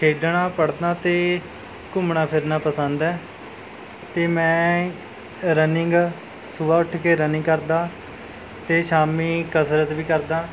ਖੇਡਣਾ ਪੜ੍ਹਨਾ ਅਤੇ ਘੁੰਮਣਾ ਫਿਰਨਾ ਪਸੰਦ ਹੈ ਅਤੇ ਮੈਂ ਰਨਿੰਗ ਸੁਬਾਹ ਉੱਠ ਕੇ ਰਨਿੰਗ ਕਰਦਾਂ ਅਤੇ ਸ਼ਾਮੀ ਕਸਰਤ ਵੀ ਕਰਦਾਂ